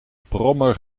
brommer